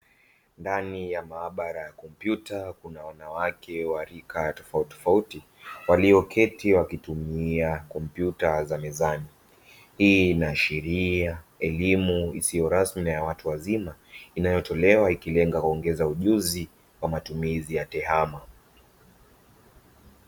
Ndani ya maabara ya kompyuta kuna wanawake wa rika tofautitofauti walioketi wakitumia kompyuta za mezani, hii inaashiria elimu isiyo rasmi ya watu wazima inayotolewa ikilenga kuongeza ujuzi kwa matumizi ya tehama.